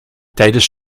tijdens